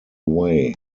way